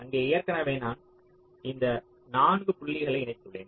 அங்கே ஏற்கனவே நான் அந்த நான்கு புள்ளிகளை இணைத்துள்ளேன்